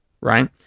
right